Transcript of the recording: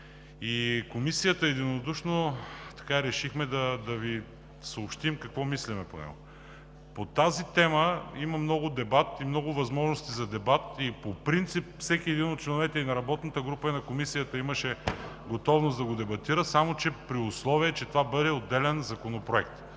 В Комисията единодушно решихме да Ви съобщим какво мислим по него. По тази тема има много дебат и много възможности за дебат, и по принцип всеки един от членовете и на работната група, и на Комисията имаше готовност да дебатира, само че при условие че това бъде отделен законопроект.